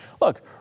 look